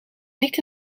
niet